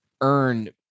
earn